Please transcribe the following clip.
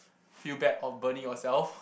feel bad on burning yourself